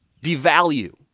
devalue